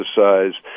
exercise